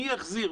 מי יחזיר?